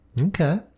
Okay